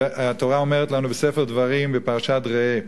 שהתורה אומרת לנו בספר דברים, בפרשת ראה: